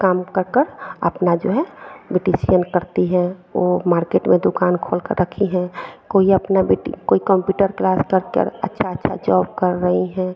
काम करकर अपना जो है बिटिसियन करती है वे मार्केट में दुकान खोलकर रखी है कोई अपना बेटी कोई कम्प्यूटर क्लास का कर अच्छा अच्छा जॉब कर रही है